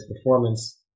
performance